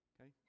okay